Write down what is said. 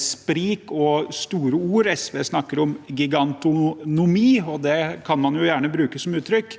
sprik og store ord i debatten. SV snakker om gigantomani. Det kan man jo gjerne bruke som uttrykk,